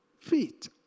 feet